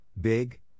big